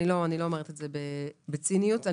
אומרת את זה בציניות.